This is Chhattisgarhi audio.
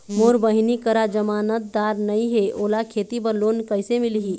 मोर बहिनी करा जमानतदार नई हे, ओला खेती बर लोन कइसे मिलही?